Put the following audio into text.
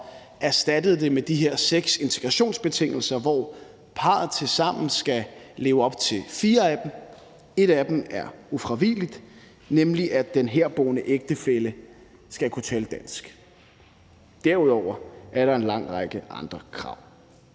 og erstattede det med de her seks integrationsbetingelser, hvoraf parret tilsammen skal leve op til fire. Et af dem er ufravigeligt, nemlig at den herboende ægtefælle skal kunne tale dansk. Derudover er der en lang række andre krav,